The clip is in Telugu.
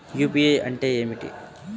యూ.పీ.ఐ అంటే ఏమిటి?